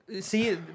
See